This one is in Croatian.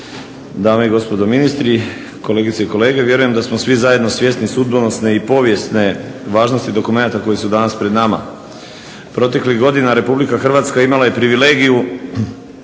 dame i gospodo ministri, kolegice i kolege. Vjerujem da smo svi zajedno svjesni sudbonosne i ponosne važnosti dokumenata koje su danas pred nama. Proteklih godina RH imala je privilegiju